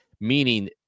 meaning